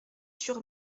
sur